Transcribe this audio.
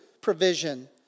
provision